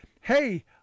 hey